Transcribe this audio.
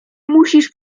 musisz